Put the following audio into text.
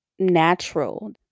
natural